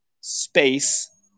space